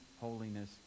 holiness